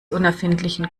unerfindlichen